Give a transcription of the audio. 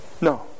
No